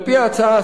על-פי ההצעה,